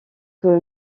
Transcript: que